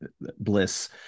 bliss